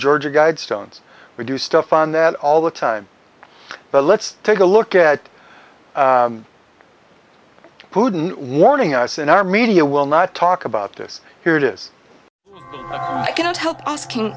georgia guidestones we do stuff on that all the time but let's take a look at who wouldn't warning us in our media will not talk about this here it is i cannot help asking